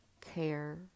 care